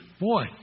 Boy